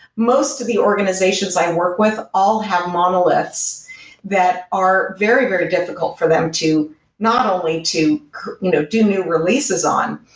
most of the organizations i work with all have monoliths that are very, very difficult for them to not only to you know do new releases on,